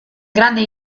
grande